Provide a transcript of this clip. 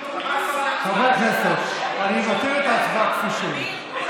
חברי הכנסת, אני מותיר את ההצבעה כפי שהיא.